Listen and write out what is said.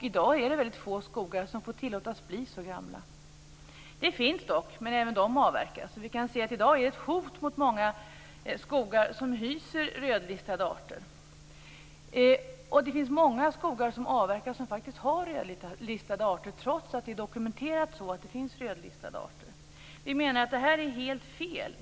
I dag är det väldigt få skogar som får tillåtas bli så gamla. Det finns dock sådana, men även dessa skogar avverkas. I dag finns det hot mot många skogar som hyser rödlistade arter. Och det finns många skogar som avverkas trots att det finns dokumenterat att de har rödlistade arter. Vi menar att detta är helt fel.